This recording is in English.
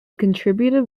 contributed